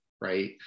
right